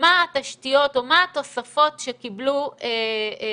מה התשתיות או מה התוספות שקיבלו בתי